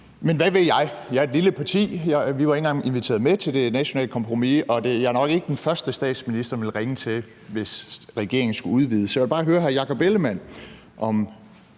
Men hvad ved jeg? Jeg er fra et lille parti, og vi var ikke engang inviteret med til forhandlingerne om det nationale kompromis, og jeg er nok ikke den første, statsministeren ville ringe til, hvis regeringen skulle udvides. Så jeg vil bare høre hr. Jakob Ellemann-Jensen,